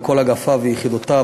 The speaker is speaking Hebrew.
על כל אגפיו ויחידותיו,